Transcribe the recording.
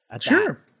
Sure